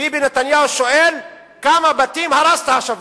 ביבי נתניהו שואל כמה בתים הרסת השבוע.